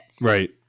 Right